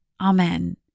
Amen